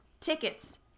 tickets